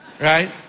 Right